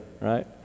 right